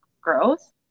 growth